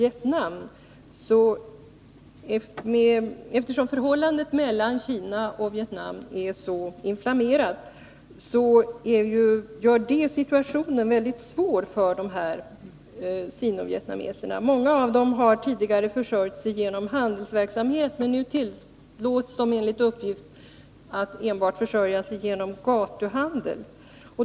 Eftersom förhållandet mellan Kina och Vietnam är så inflammerat blir situationen väldigt svår för sino-vietnameserna. Många av dem har tidigare försörjt sig genom handelsverksamhet, men enligt uppgift tillåts de nu att försörja sig enbart genom gatuhandel.